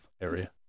area